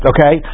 Okay